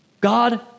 God